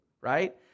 right